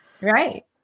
Right